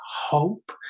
hope